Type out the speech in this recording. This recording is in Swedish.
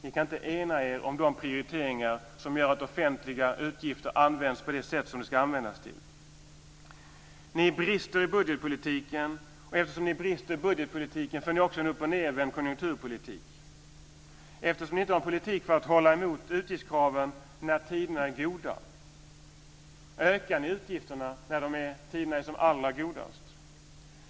Ni kan inte ena er om de prioriteringar som gör att offentliga utgifter används på de sätt som de ska användas till. Ni brister i budgetpolitiken. Och eftersom ni brister i budgetpolitiken får ni också en uppochnedvänd konjunkturpolitik. Eftersom ni inte har en politik för att hålla emot utgiftskraven när tiderna är goda ökar ni utgifterna när tiderna är som allra godast.